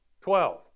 Twelve